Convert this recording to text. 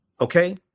Okay